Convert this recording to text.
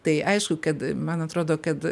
tai aišku kad man atrodo kad